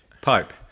Pipe